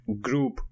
group